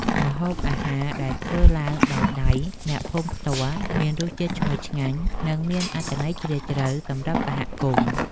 ម្ហូបអាហារដែលធ្វើឡើងដោយដៃអ្នកភូមិផ្ទាល់មានរសជាតិឈ្ងុយឆ្ងាញ់ និងមានអត្ថន័យជ្រាលជ្រៅសម្រាប់សហគមន៍។